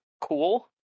cool